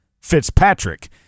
Fitzpatrick